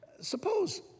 Suppose